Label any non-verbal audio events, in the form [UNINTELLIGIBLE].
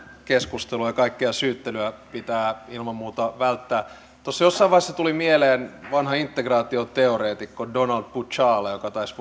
keskustelua ja kaikkea syyttelyä pitää ilman muuta välttää tuossa jossain vaiheessa tuli mieleen vanha integraatioteoreetikko donald puchala joka taisi [UNINTELLIGIBLE]